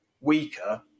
weaker